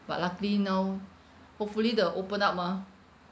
but luckily now hopefully they'll open up mah